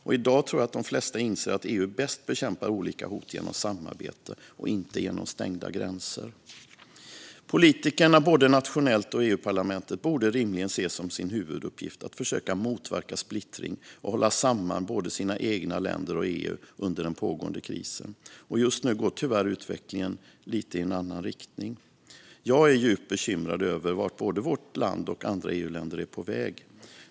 I dag tror jag att de flesta inser att EU bäst bekämpar olika hot genom samarbete och inte genom stängda gränser. Politikerna, både nationellt och i EU-parlamentet, borde rimligen se som sin huvuduppgift att försöka motverka splittring och hålla samman både sina egna länder och EU under den pågående krisen. Just nu går tyvärr utvecklingen lite i en annan riktning. Jag är djupt bekymrad över vart både vårt land och andra EU-länder är på väg.